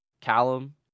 callum